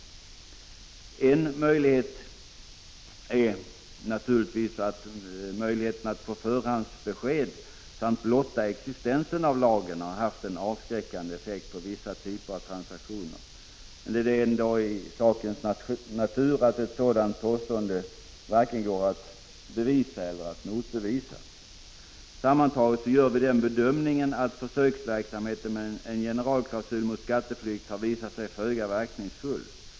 Det kan naturligtvis förhålla sig så att möjligheten att få förhandsbesked samt blotta existensen av lagen har haft en avskräckande effekt på vissa typer av transaktioner. Det ligger ändå i sakens natur att ett sådant påstående varken går att bevisa eller motbevisa. Sammantaget gör vi den bedömningen att försöksverksamheten med en generalklausul mot skatteflykt har visat att en sådan är föga verkningsfull.